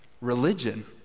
religion